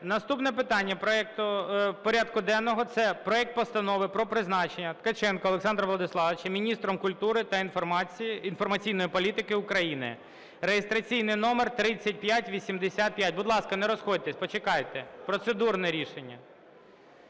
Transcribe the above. наступне питання порядку денного – це проект Постанови про призначення Ткаченка Олександра Владиславовича міністром культури та інформаційної політики України (реєстраційний номер 3585) Будь ласка, не розходьтесь, почекайте. Процедурне рішення.